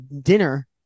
dinner